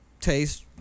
taste